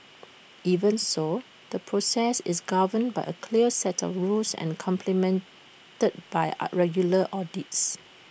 even so the process is governed by A clear set of rules and complemented by regular audits